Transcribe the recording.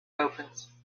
opens